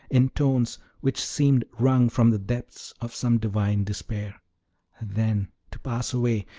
in tones which seemed wrung from the depths of some divine despair then to pass away,